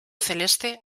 celeste